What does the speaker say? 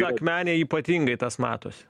akmenėj ypatingai tas matosi